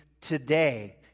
today